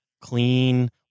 clean